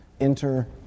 enter